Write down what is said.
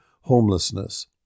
homelessness